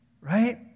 right